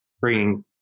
bringing